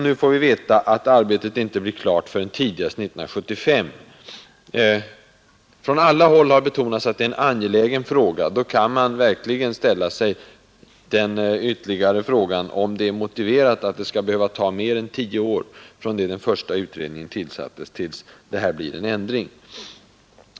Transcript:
Nu får vi veta, att arbetet inte blir klart förrän tidigast 1975. Från alla håll har betonats att det är en angelägen reform. Då kan man verkligen fråga sig om det är motiverat, att det skall behöva ta tio år från det den första utredningen tillsattes tills det blir en ändring.